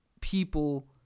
people